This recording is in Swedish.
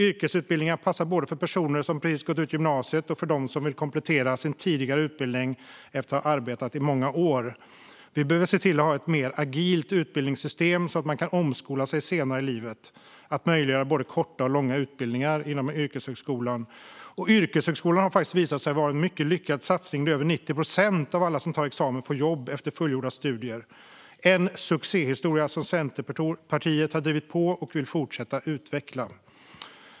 Yrkesutbildningar passar både för personer som precis gått ut gymnasiet och för dem som vill komplettera sin tidigare utbildning efter att ha arbetat i många år. Vi behöver ha ett mer agilt utbildningssystem, så att man kan omskola sig senare i livet, och möjliggöra både korta och långa utbildningar inom yrkeshögskolan. Yrkeshögskolan har visat sig vara en mycket lyckad satsning, där över 90 procent av alla som tar examen får jobb efter fullgjorda studier. Det är en succéhistoria som Centerpartiet har drivit på och vill fortsätta att utveckla.